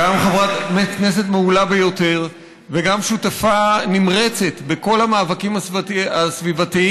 גם חברת כנסת מעולה ביותר וגם שותפה נמרצת בכל המאבקים הסביבתיים.